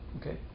okay